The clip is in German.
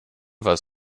was